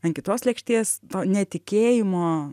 ant kitos lėkštės to netikėjimo